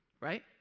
Right